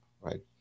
right